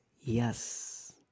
yes